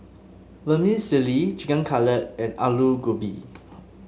Vermicelli Chicken Cutlet and Alu Gobi